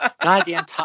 Goddamn